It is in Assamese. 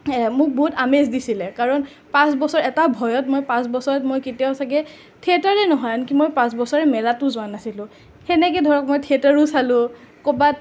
মোক বহুত আমেজ দিছিলে কাৰণ পাঁচ বছৰ এটা ভয়ত মই পাঁচ বছৰ মই কেতিয়াও ছাগে থিয়েটাৰেই নহয় মই পাঁচবছৰে মেলাতো যোৱা নাছিলোঁ সেনেকৈ ধৰক মই থিয়েটাৰো চালোঁ কৰবাত